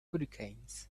hurricanes